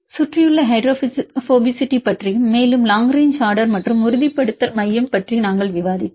எனவே சுற்றியுள்ள ஹைட்ரோபோபசிட்டி பற்றியும் மேலும் லாங் ரேங்ச் ஆர்டர் மற்றும் உறுதிப்படுத்தல் மையம் பற்றி நாங்கள் விவாதித்தோம்